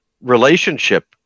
relationship